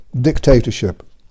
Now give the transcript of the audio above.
dictatorship